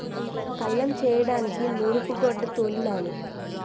కల్లం చేయడానికి నూరూపుగొడ్డ తోలినాము